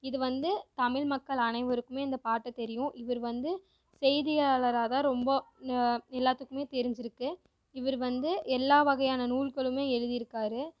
இது வந்து தமிழ் மக்கள் அனைவருக்குமே இந்த பாட்டை தெரியும் இவர் வந்து செய்தியாளராகதான் ரொம்ப எல்லாத்துக்குமே தெரிஞ்சி இருக்கு இவர் வந்து எல்லா வகையான நூல்களுமே எழுதிருக்கார்